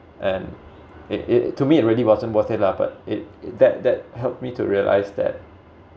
and it it to me it really wasn't worth it lah but it it that that helped me to realize that